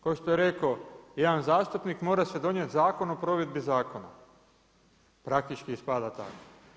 Ko što je rekao jedan zastupnik mora se donijeti zakon o provedbi zakona, praktički ispada tako.